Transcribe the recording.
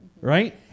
Right